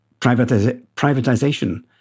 privatization